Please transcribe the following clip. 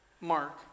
mark